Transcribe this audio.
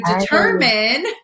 determine